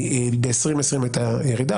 ב-2020 הייתה ירידה,